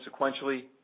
sequentially